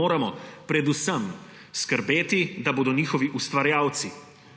moramo predvsem skrbeti, da bodo njihovi ustvarjalci